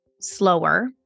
slower